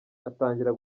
atangira